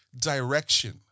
direction